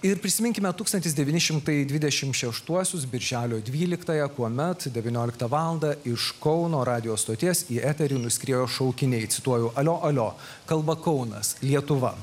ir prisiminkime tūkstantis devyni šimtai dvidešimt šeštuosius birželio dvyliktąją kuomet devyniolktą valandą iš kauno radijo stoties į eterį nuskriejo šaukiniai cituoju alio alio kalba kaunas lietuva